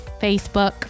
Facebook